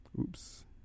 oops